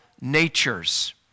natures